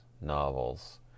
novels